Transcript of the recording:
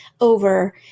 over